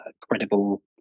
credible